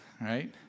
right